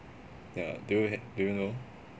ya do you have do you know